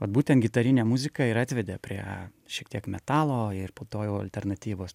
vat būtent gintarinė muzika ir atvedė prie šiek tiek metalo ir po to jau alternatyvos